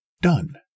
Done